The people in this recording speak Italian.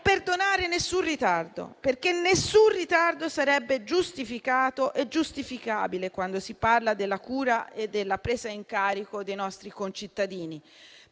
perdonare nessun ritardo, perché nessun ritardo sarebbe giustificato e giustificabile quando si parla della cura e della presa in carico dei nostri concittadini.